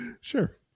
Sure